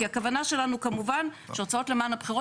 כי הכוונה שלנו כמובן שההוצאות למען הבחירות